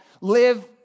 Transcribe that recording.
live